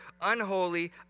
unholy